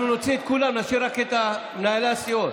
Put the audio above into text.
אנחנו נוציא את כולם, נשאיר רק את מנהלי הסיעות.